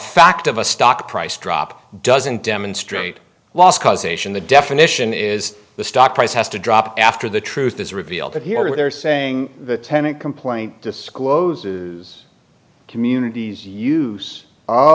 fact of a stock price drop doesn't demonstrate loss causation the definition is the stock price has to drop after the truth is revealed that here they're saying the tenant complaint discloses communities use